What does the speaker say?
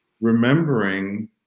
remembering